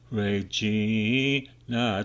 regina